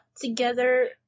together